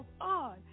on